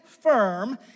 firm